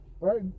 right